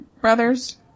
brothers